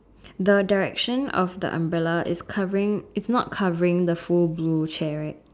the direction of the umbrella is covering is not covering the full blue chair